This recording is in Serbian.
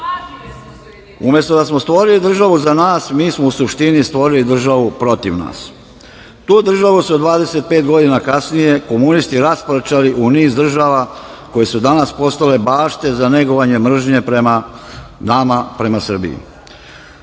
Umesto da smo stvorili državu za nas mi smo u suštini stvorili državu protiv nas. Tu državu su 25 godina kasnije komunisti rasparčali u niz država koje su danas postale bašte za negovanje mržnje prema nama, prema